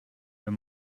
wenn